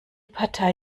partei